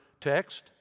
text